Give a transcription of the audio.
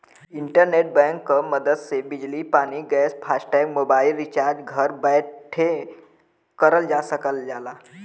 internet bank क मदद से बिजली पानी गैस फास्टैग मोबाइल रिचार्ज घर बैठे करल जा सकल जाला